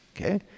Okay